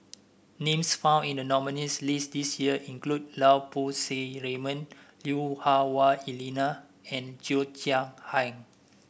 names found in the nominees' list this year include Lau Poo Seng Raymond Lui Hah Wah Elena and Cheo Chai Hiang